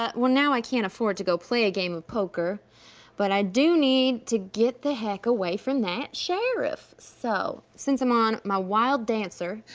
ah well now i can't afford to go play a game of poker but i do need to get the heck away from that sheriff, so since i'm on my wild dancer,